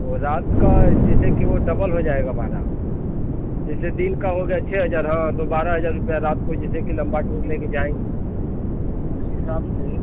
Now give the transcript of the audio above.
वो रात का जैसे कि वो डबल हो जाएगा भाड़ा जैसे दिन का हो गया छ हजार हाँ तो बारह हजार रुपया रात को जैसे कि लंबा टूर लेकर जाएँगे उस हिसाब से